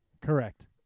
Correct